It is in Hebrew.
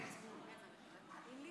איזה מצפון?